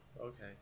Okay